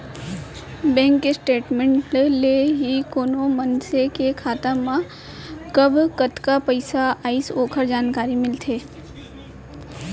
bank के statement ले ही कोनो मनसे के खाता मा कब कतका पइसा आइस ओकर जानकारी मिलथे